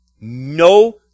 No